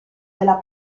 della